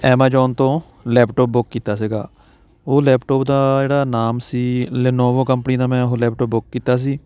Amazon ਤੋਂ laptop book ਕੀਤਾ ਸੀਗਾ ਉਹ ਲੈਪਟੋਪ ਦਾ ਜਿਹੜਾ ਨਾਮ ਸੀ ਲੀਨੋਵੋ ਕੰਪਨੀ ਦਾ ਮੈਂ ਉਹ ਲੈਪਟੋਪ ਬੁੱਕ ਕੀਤਾ ਸੀ